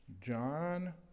John